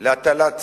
להטלת סגר,